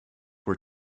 were